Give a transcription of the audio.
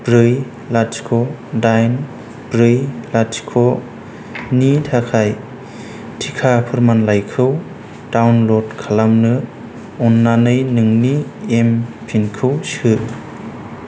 ब्रै लाथिख' दाइन ब्रै लाथिख' नि थाखाय टिका फोरमानलाइखौ डाउनल'ड खालामनो अन्नानै नोंनि एम पिनखौ सो